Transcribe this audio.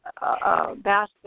basket